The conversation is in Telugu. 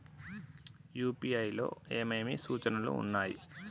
యూ.పీ.ఐ లో ఏమేమి సూచనలు ఉన్నాయి?